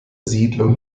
siedlung